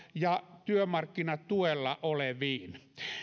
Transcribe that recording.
ja työmarkkinatuella oleviin